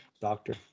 Doctor